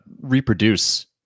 reproduce